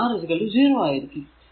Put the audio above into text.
എന്നാൽ R 0 ആയിരിക്കും